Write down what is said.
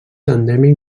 endèmic